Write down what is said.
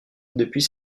depuis